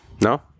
No